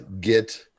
get